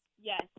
Yes